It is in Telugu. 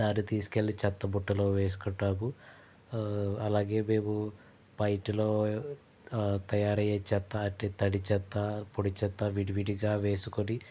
దాన్ని తీసుకెళ్ళి చెత్త బుట్టలో వేసుకుంటాము అలాగే మేము మా ఇంటిలో తయారయ్యే చెత్త అంటే తడి చెత్త పొడి చెత్త విడి విడిగా వేసుకొని